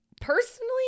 personally